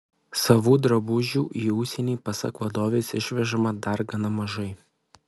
savų drabužių į užsienį pasak vadovės išvežama dar gana mažai